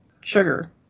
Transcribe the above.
sugar